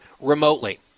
remotely